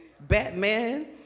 Batman